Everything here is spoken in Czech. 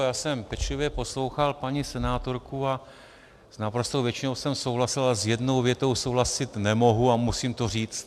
Já jsem pečlivě poslouchal paní senátorku a s naprostou většinou jsem souhlasil, ale s jednou větou souhlasit nemohu a musím to říct.